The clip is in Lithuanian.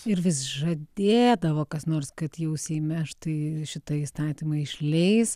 ir vis žadėdavo kas nors kad jau seime štai šitą įstatymą išleis